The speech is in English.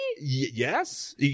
Yes